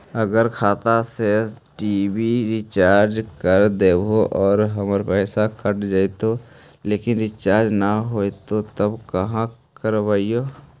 अगर खाता से टी.वी रिचार्ज कर देबै और हमर पैसा कट जितै लेकिन रिचार्ज न होतै तब का करबइ?